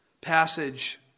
passage